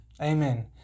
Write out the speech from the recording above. Amen